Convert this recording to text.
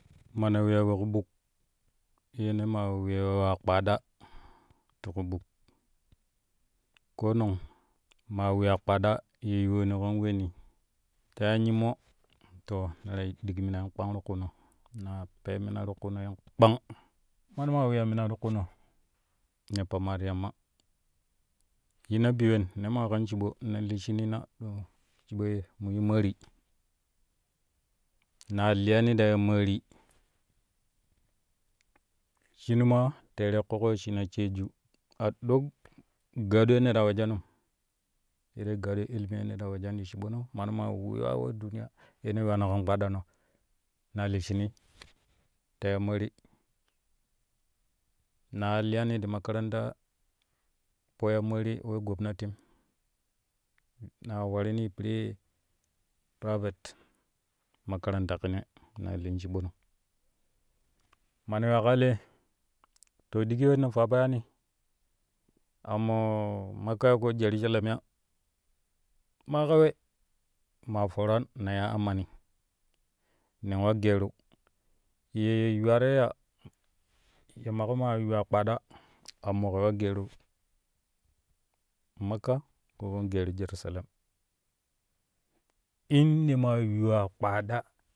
Mane weya we ƙuɓuk ye mane weya kpaada ti ƙuɓuk koona maa yuwa kpaada ye yuwoni kan weeni ta ya nyimmo to ne ta dik minan kpang mano ma weya mina ti kuuno ne pamma ti yamma yinna bi wen ne maa kan shiɓo nen li shnii na to shiɓo ye mu yu maari naa liyani ta ya maari shinu maa terei ƙoƙo wesshina sheegyu a ɗo gado yeno ta wejonum sai dai gado ilimi yeno ta wejani ti shiɓono mano ma weya we duniya yeno yuwano kan kpadano na li shinii ta ya maari naa liyani ti makaranta we ya maari ye we gobnotim naa warini piree private makaranta kine ne ta lin shiɓono mana yuwa kaa lee to digi wen ne fuwa po yaani ammo makka jerusalem ya ma ka we ma foraa na iya ammani nen wa geeru yee yuwaro ya ya maƙo maa yuwa kpaada amma ke wa geero makka ko ken geeru jerusalem in ne ma yuwaa kpanda.